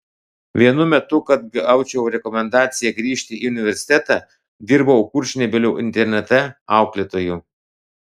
vienu metu kad gaučiau rekomendaciją grįžti į universitetą dirbau kurčnebylių internate auklėtoju